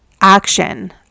action